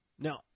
Now